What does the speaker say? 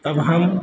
अब हम